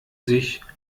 sich